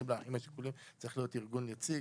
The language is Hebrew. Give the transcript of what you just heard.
האם לאחים השכולים צריך להיות ארגון יציג,